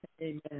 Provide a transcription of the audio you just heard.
Amen